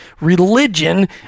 religion